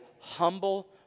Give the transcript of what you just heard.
humble